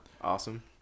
Awesome